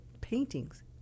paintings